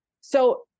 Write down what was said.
So-